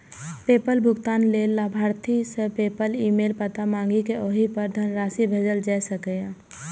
PayPal भुगतान लेल लाभार्थी सं पेपल ईमेल पता मांगि कें ओहि पर धनराशि भेजल जा सकैए